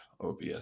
OBS